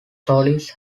solis